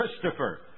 Christopher